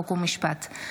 חוק ומשפט.